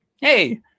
hey –